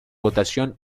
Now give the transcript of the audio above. votación